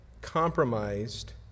compromised